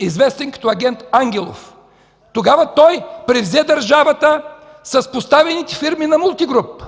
известен като агент Ангелов. Тогава той превзе държавата с подставените фирми на „Мултигруп”.